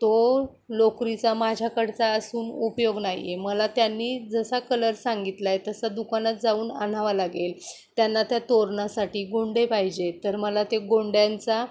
तो लोकरीचा माझ्याकडचा असून उपयोग नाही आहे मला त्यांनी जसा कलर सांगितला आहे तसा दुकानात जाऊन आणावा लागेल त्यांना त्या तोरणासाठी गोंडे पाहिजे तर मला ते गोंड्यांचा